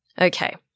Okay